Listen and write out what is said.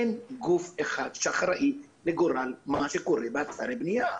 אין גוף אחד שאחראי לגורל מה שקורה באתרי בנייה.